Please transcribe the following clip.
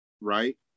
Right